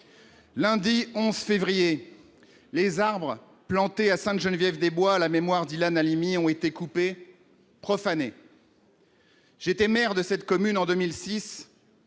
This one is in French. Lundi 11 février, les arbres plantés à Sainte-Geneviève-des-Bois à la mémoire d'Ilan Halimi ont été coupés, profanés. J'étais maire de cette commune en 2006